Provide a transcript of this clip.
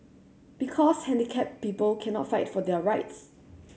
because handicapped people cannot fight for their rights